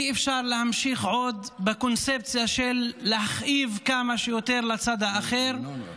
אי-אפשר להמשיך עוד בקונספציה של להכאיב כמה שיותר לצד האחר.